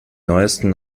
neusten